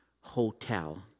hotel